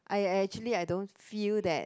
I I actually I don't feel that